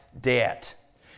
debt